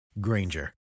Granger